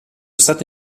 stato